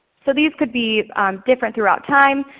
so these could be different throughout time.